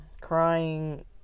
crying